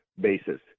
basis